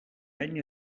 any